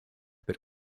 that